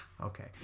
Okay